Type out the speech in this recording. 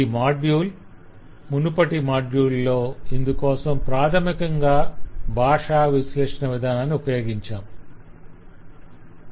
ఈ మాడ్యుల్ మునుపటి మాడ్యుళ్ళలో ఇందుకోసం ప్రాధమికంగా భాషావిశ్లేషణ విధానాన్ని ఉపయోగించాం